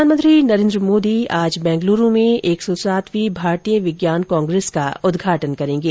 प्रधानमंत्री नरेन्द्र मोदी आज बेंगलुरू में एक सौ सातवीं भारतीय विज्ञान कांग्रेस का उद्घाटन करेंगे